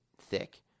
thick